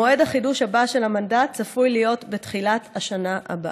החידוש הבא של המנדט צפוי להיות בתחילת השנה הבאה.